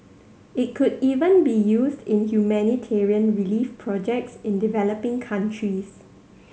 it could even be used in humanitarian relief projects in developing countries